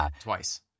twice